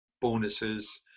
bonuses